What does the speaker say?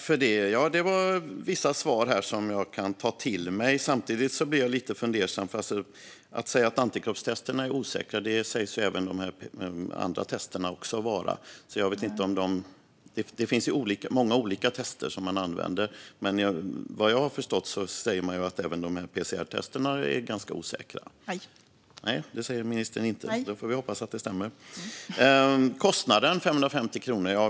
Fru talman! Det var vissa svar här som jag kan ta till mig. Samtidigt blir jag lite fundersam. Man säger att antikroppstesterna är osäkra, men det sägs ju även om de andra testerna. Det finns ju många olika tester som man använder, och vad jag har förstått säger man att även PCR-testerna är ganska osäkra. : Nej.) Ministern säger att de inte är det. Då får vi hoppas att det stämmer. Ministern talar om kostnaden, 550 kronor.